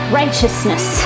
righteousness